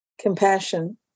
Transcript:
compassion